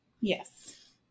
Yes